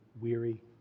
weary